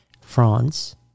France